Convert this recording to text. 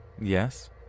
Yes